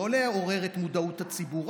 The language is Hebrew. לא לעורר את מודעות הציבור,